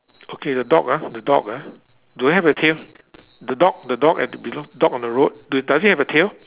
okay the dog ah the dog ah do it have a tail the dog the dog at the below dog on the road d~ does it have a tail